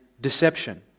deception